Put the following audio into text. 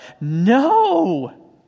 no